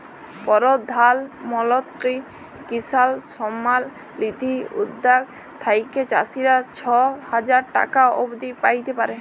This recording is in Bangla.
পরধাল মলত্রি কিসাল সম্মাল লিধি উদ্যগ থ্যাইকে চাষীরা ছ হাজার টাকা অব্দি প্যাইতে পারে